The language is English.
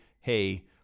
hey